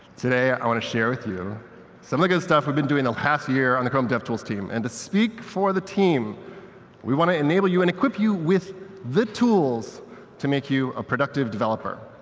today i want to share with you so and good stuff we've been doing the last year on the um devtools team, and to speak for the team we want to enable you and equip you with the tools to make you a productive developer.